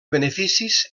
beneficis